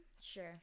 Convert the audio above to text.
Sure